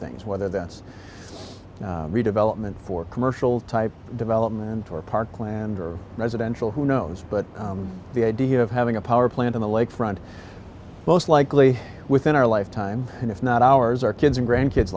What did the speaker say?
things whether that's redevelopment for commercial type development or parkland or residential who knows but the idea of having a power plant in the lakefront most likely within our lifetime if not ours our kids and grandkids